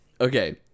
okay